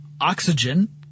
oxygen